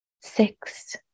Six